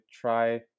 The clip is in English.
try